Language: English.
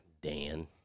Dan